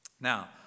Now